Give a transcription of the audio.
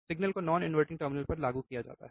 signal को non inverting terminal पर लागू किया जाता है